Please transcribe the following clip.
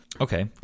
Okay